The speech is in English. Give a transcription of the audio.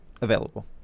available